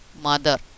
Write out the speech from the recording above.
mother